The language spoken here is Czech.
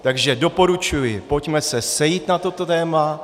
Takže doporučuji, pojďme se sejít na toto téma.